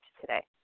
today